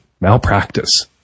malpractice